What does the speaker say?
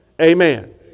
Amen